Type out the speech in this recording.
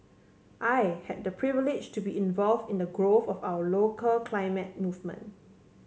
I had the privilege to be involve in the growth of our local climate movement